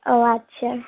ও আচ্ছা